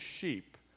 sheep